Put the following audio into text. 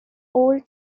all